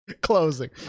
Closing